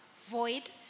void